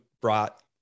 brought